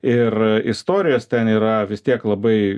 ir istorijos ten yra vis tiek labai